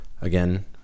again